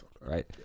right